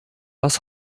was